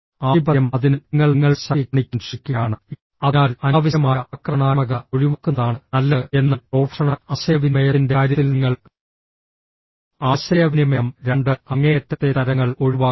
ആധിപത്യം അതിനാൽ നിങ്ങൾ നിങ്ങളുടെ ശക്തി കാണിക്കാൻ ശ്രമിക്കുകയാണ് അതിനാൽ അനാവശ്യമായ ആക്രമണാത്മകത ഒഴിവാക്കുന്നതാണ് നല്ലത് എന്നാൽ പ്രൊഫഷണൽ ആശയവിനിമയത്തിന്റെ കാര്യത്തിൽ നിങ്ങൾ ആശയവിനിമയം രണ്ട് അങ്ങേയറ്റത്തെ തരങ്ങൾ ഒഴിവാക്കണം